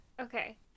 okay